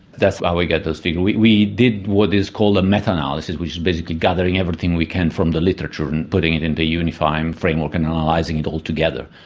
that's how we get those figures. we we did what is called meta-analysis, which is basically gathering everything we can from the literature and putting it into a unifying framework and analysing it all together.